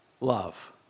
love